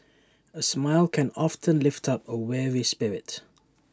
A smile can often lift up A weary spirit